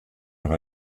noch